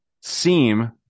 seem